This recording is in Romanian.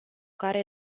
care